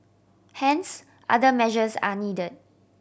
hence other measures are needed